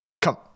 Come